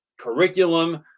curriculum